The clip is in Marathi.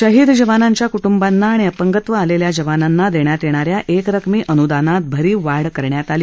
शहीद जवानांच्या क्ट्ंबांना आणि अपंगत्व आलेल्या जवानांना देण्यात येणाऱ्या एकरकमी अनुदानात भरीव वाढ करण्यात आली